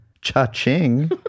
Cha-ching